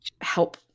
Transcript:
help